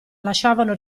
lasciavano